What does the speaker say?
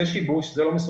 זה שיבוש, זו לא מסוכנות.